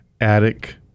attic